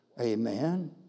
Amen